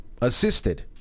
assisted